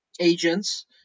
agents